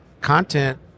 content